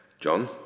John